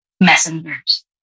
messengers